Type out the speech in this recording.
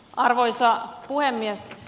arvoisa puhemies